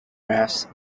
rafts